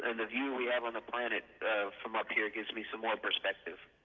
and the view we have on the planet from up here gives me some more perspective.